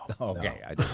Okay